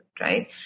right